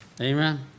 Amen